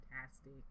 fantastic